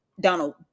Donald